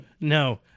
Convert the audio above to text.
No